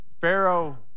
Pharaoh